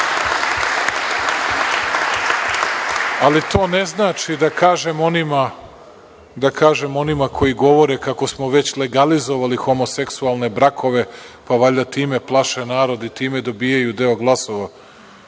to ne znači, da kažem onima koji govore kako smo već legalizovali homoseksualne brakove, pa valjda time plaše narod i time dobijaju deo glasova.